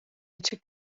açık